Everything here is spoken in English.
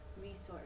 resource